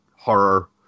horror